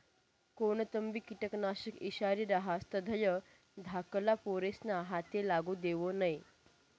कोणतंबी किटकनाशक ईषारी रहास तधय धाकल्ला पोरेस्ना हाते लागू देवो नै